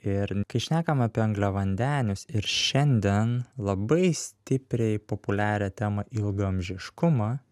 ir kai šnekam apie angliavandenius ir šiandien labai stipriai populiarią temą ilgaamžiškumą